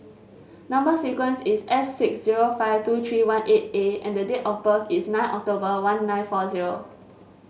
number sequence is S six zero five two three one eight A and the date of birth is nine October one nine four zero